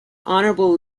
honorable